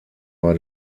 bei